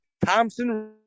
Thompson